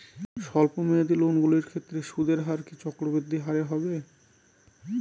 স্বল্প মেয়াদী লোনগুলির ক্ষেত্রে সুদের হার কি চক্রবৃদ্ধি হারে হবে?